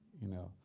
you know?